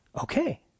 Okay